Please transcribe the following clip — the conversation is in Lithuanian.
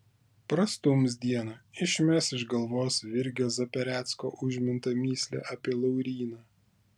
prastums dieną išmes iš galvos virgio zaperecko užmintą mįslę apie lauryną